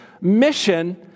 mission